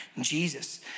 Jesus